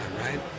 right